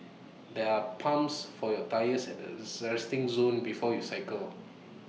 there are pumps for your tyres at the resting zone before you cycle